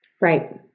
Right